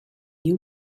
you